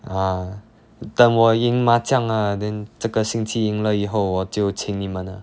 ah 等我赢麻将 ah then 这个星期赢了以后我就请你们 ah